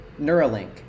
Neuralink